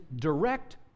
direct